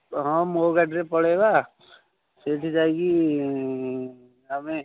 ହଁ ମୋ ଗାଡ଼ିରେ ପଳେଇବା ସେଠି ଯାଇକି ଆମେ